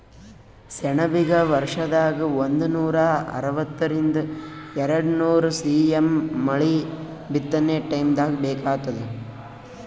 ಸೆಣಬಿಗ ವರ್ಷದಾಗ್ ಒಂದನೂರಾ ಅರವತ್ತರಿಂದ್ ಎರಡ್ನೂರ್ ಸಿ.ಎಮ್ ಮಳಿ ಬಿತ್ತನೆ ಟೈಮ್ದಾಗ್ ಬೇಕಾತ್ತದ